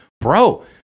bro